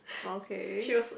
okay